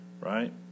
right